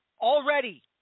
already